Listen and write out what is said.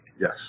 Yes